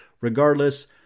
Regardless